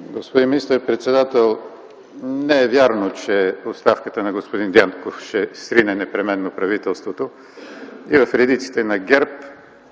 Господин министър-председател, не е вярно, че оставката на господин Дянков ще срине непременно правителството. И в редиците на ГЕРБ, и